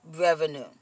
revenue